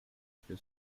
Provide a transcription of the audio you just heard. thru